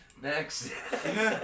Next